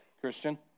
Christian